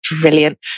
Brilliant